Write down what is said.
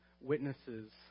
witnesses